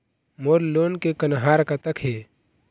मोर लोन के कन्हार कतक हे?